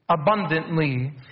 abundantly